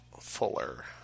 Fuller